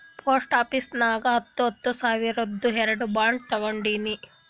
post office ನಾಗ್ ಹತ್ತ ಹತ್ತ ಸಾವಿರ್ದು ಎರಡು ಬಾಂಡ್ ತೊಗೊಂಡೀನಿ